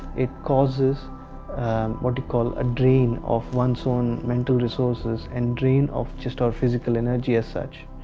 it causes what you call a drain of one's own mental resources and drain of just our physical energy as such.